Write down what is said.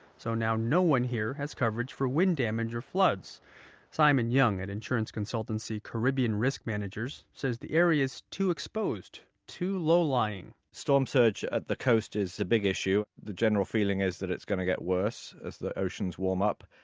so now no one here has coverage for wind damage or floods simon young at insurance consultancy caribbean risk managers says the area's too exposed, too low-lying storm surge at the coast is the big issue. the general feeling is that it's going to get worse as the oceans warm up.